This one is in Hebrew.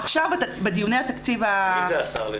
עכשיו, בדיוני התקציב ה- -- מי זה השר?